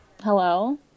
hello